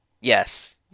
Yes